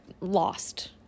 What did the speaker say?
lost